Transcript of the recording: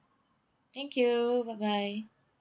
thank you bye bye